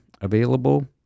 available